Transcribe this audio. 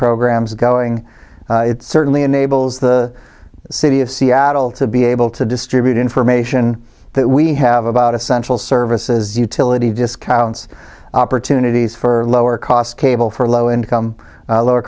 programs going it certainly enables the city of seattle to be able to distribute information that we have about essential services utility discounts opportunities for lower cost cable for low income